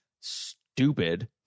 stupid